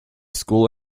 school